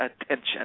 attention